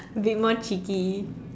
a bit more cheeky